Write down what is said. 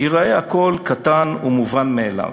ייראה הכול קטן ומובן מאליו.